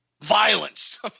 violence